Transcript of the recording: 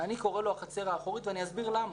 אני קורא לו החצר האחורית ואני אסביר למה,